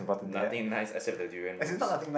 nothing nice except the durian mousse